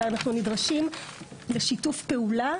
אלא אנחנו נדרשים לשיתוף פעולה,